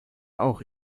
auch